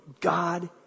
God